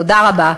תודה רבה.